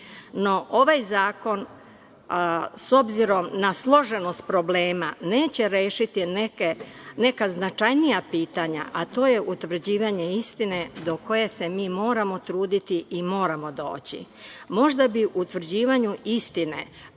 ovaj zakon, s obzirom na složenost problema, neće rešiti neka značajnija pitanja, a to je utvrđivanje istine do koje se mi moramo truditi i moramo doći.